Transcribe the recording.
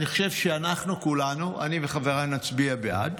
אני חושב שאנחנו כולנו, אני וחבריי, נצביע בעד.